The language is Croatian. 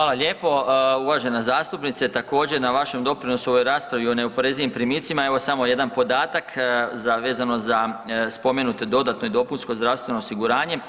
Hvala lijepo uvažena zastupnice također, na vašem doprinosu u ovoj raspravi o neoporezivim primicima, evo samo jedan podatak vezano za spomenute dodatno i dopunsko zdravstveno osiguranje.